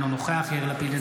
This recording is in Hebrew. אינו נוכח יאיר לפיד,